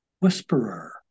whisperer